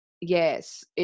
Yes